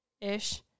Ish